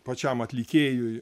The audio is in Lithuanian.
pačiam atlikėjui